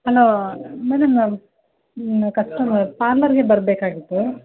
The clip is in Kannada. ಹಲೋ ಮೇಡಮ್ ನಾವು ಕಸ್ಟಮರ್ ಪಾರ್ಲರಿಗೆ ಬರಬೇಕಾಗಿತ್ತು